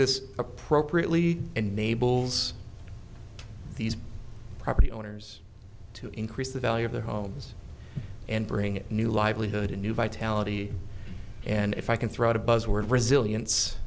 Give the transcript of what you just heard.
this appropriately and mabel's these property owners to increase the value of their homes and bring new livelihood a new vitality and if i can throw out a buzzword resilience